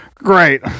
Great